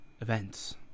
events